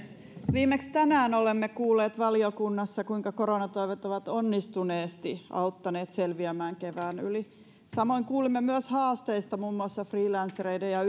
viimeksi tänään olemme kuulleet valiokunnassa kuinka koronatoimet ovat onnistuneesti auttaneet selviämään kevään yli samoin kuulimme myös haasteista muun muassa freelancereiden ja